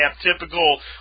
typical